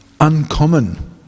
Uncommon